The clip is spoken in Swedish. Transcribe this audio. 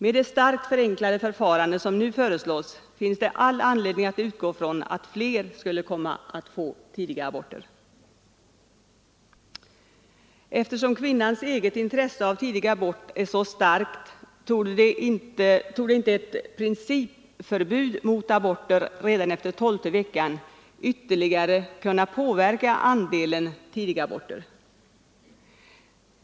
Med det starkt förenklade förfarande som nu föreslås finns det anledning utgå från att fler kvinnor skulle komma att få tidiga aborter. Eftersom kvinnans eget intresse av tidig abort är så starkt torde inte ett principförbud mot aborter redan efter tolfte veckan ytterligare påverka andelen tidigaborter.